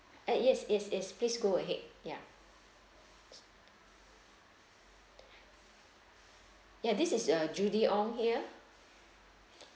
uh yes yes yes please go ahead ya ya this is uh judy ong here